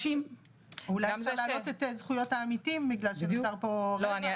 אולי אפשר להעלות את זכויות העמיתים בגלל שנוצר פה רווח.